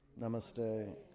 namaste